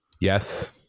Yes